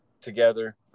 together